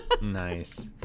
Nice